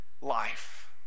life